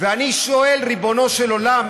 ואני שואל: ריבונו של עולם,